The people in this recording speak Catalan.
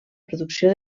producció